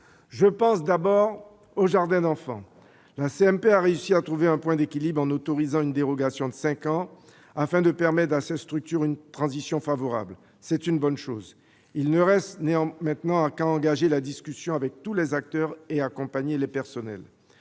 de la situation des jardins d'enfants. La CMP a réussi à trouver un point d'équilibre en autorisant une dérogation de cinq ans, afin de permettre à ces structures d'entamer une transition favorable. C'est une bonne chose, il ne reste maintenant qu'à engager la discussion avec tous les acteurs et à accompagner les personnels.